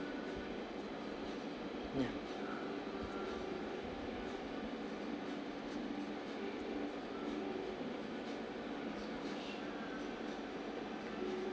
ya